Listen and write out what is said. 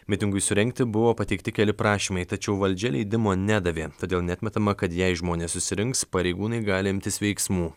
mitingui surengti buvo pateikti keli prašymai tačiau valdžia leidimo nedavė todėl neatmetama kad jei žmonės susirinks pareigūnai gali imtis veiksmų